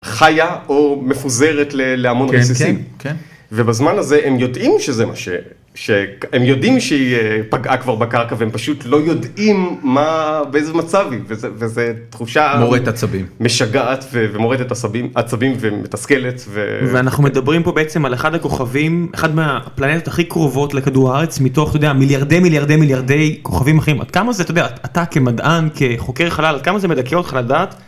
חיה או מפוזרת להמון בסיסים...כן, כן.... ובזמן הזה הם יודעים שזה מה ש...הם יודעים שהיא פגעה כבר בקרקע והם פשוט לא יודעים מה... באיזה מצב היא, וזה תחושה...מורט עצבים...משגעת ומורטת עצבים ומתסכלת. ואנחנו מדברים פה בעצם על אחד הכוכבים, אחד מהפלנטות הכי קרובות לכדור הארץ מתוך מיליארדי מיליארדי מיליארדי כוכבים אחרים. עד כמה זה, אתה יודע, אתה כמדען, כחוקר חלל, עד כמה זה מדכא אותך לדעת...